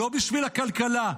לא בשביל הכלכלה,